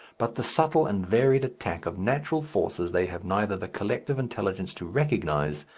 but the subtle and varied attack of natural forces they have neither the collective intelligence to recognize,